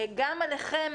גם עליכם,